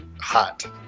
hot